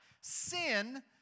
Sin